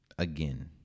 again